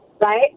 right